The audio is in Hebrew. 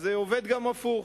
זה עובד גם הפוך.